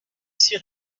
six